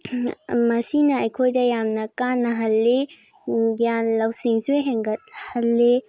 ꯃꯁꯤꯅ ꯑꯩꯈꯣꯏꯗ ꯌꯥꯝꯅ ꯀꯥꯟꯅꯍꯜꯂꯤ ꯒ꯭ꯌꯥꯟ ꯂꯧꯁꯤꯡꯁꯨ ꯍꯦꯟꯒꯠꯍꯜꯂꯤ